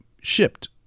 shipped